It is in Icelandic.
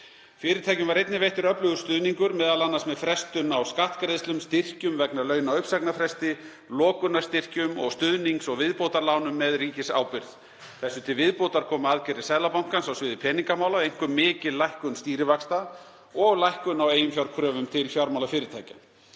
Fyrirtækjum var einnig veittur öflugur stuðningur, m.a. með frestun á skattgreiðslum, styrkjum vegna launa á uppsagnarfresti, lokunarstyrkjum og stuðnings- og viðbótarlánum með ríkisábyrgð. Þessu til viðbótar komu aðgerðir Seðlabankans á sviði peningamála, einkum mikil lækkun stýrivaxta og lækkun á eiginfjárkröfum til fjármálafyrirtækja.